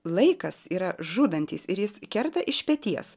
laikas yra žudantis ir jis kerta iš peties